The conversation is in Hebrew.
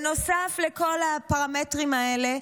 נוסף לכל הפרמטרים האלה,